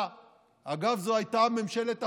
זו הייתה הוראת הממשלה.